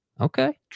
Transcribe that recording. Okay